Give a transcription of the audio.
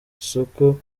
masoko